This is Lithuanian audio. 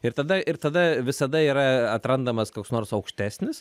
ir tada ir tada visada yra atrandamas koks nors aukštesnis